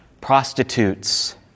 Prostitutes